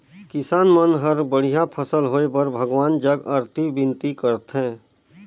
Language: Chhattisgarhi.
किसान मन हर बड़िया फसल होए बर भगवान जग अरती बिनती करथे